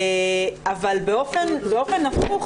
באופן הפוך,